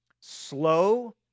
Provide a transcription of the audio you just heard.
slow